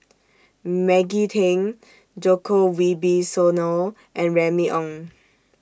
Maggie Teng Djoko Wibisono and Remy Ong